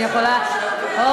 אני יכולה, שחסרנו מאוד.